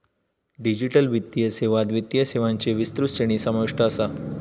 digital वित्तीय सेवात वित्तीय सेवांची विस्तृत श्रेणी समाविष्ट असा